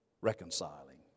reconciling